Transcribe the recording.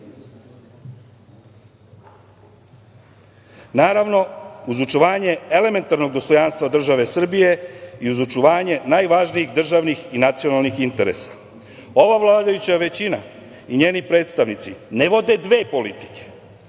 naravno, uz očuvanje elementarnog dostojanstva države Srbije i uz očuvanje najvažnijih državnih i nacionalnih interesa. Ova vladajuća većina i njeni predstavnici ne vode dve politike,